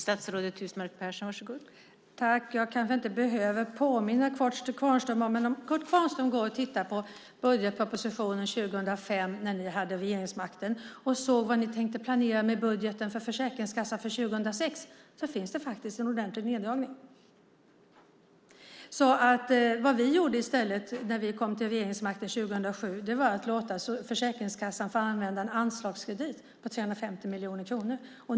Fru talman! Jag kanske inte behöver påminna Kurt Kvarnström, men om Kurt Kvarnström tittar på budgetpropositionen 2005, när ni hade regeringsmakten, och ser vad ni tänkte göra med budgeten för Försäkringskassan för 2006, finns det faktiskt en ordentlig neddragning. Vad vi i stället gjorde när vi kom till regeringsmakten 2007 var att låta Försäkringskassan få använda en anslagskredit på 350 miljoner kronor.